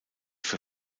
für